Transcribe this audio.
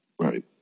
right